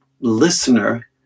listener